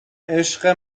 عشق